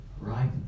right